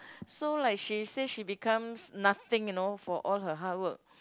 so like she say she becomes nothing you know for all her hard work